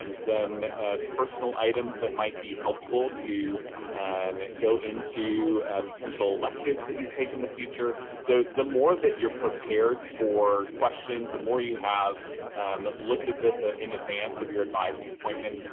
um some personal items that might be helpful to um go into potential electives that you take in the future. so the more that you're prepared for questions, the more you have looked at this ah in advance of your advising appointment,